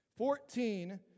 Fourteen